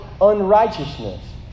unrighteousness